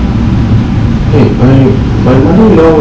eh my mother in law went out to geylang